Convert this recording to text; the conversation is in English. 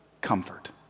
comfort